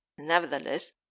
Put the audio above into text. nevertheless